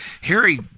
harry